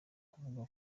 avuga